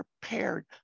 prepared